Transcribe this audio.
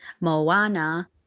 Moana